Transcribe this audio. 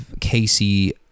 Casey